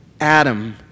Adam